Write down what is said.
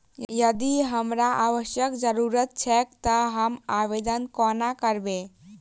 यदि हमरा आवासक जरुरत छैक तऽ हम आवेदन कोना करबै?